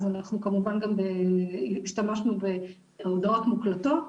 אז אנחנו כמובן השתמשנו גם בהודעות מוקלטות